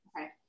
Okay